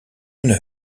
une